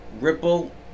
Ripple